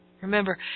Remember